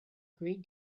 great